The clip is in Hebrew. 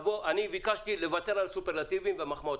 ביקשתי לוותר על סופרלטיבים ומחמאות.